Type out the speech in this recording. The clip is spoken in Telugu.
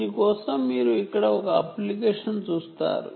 దీని కోసం మీరు ఇక్కడ ఒక అప్లికేషన్ చూస్తారు